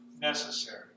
necessary